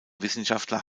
wissenschaftler